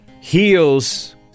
heals